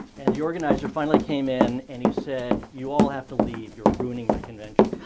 and the organizer finally came in and he said, you all have to leave. you're ruining my convention.